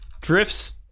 drifts